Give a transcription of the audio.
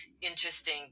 interesting